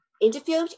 interviewed